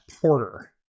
Porter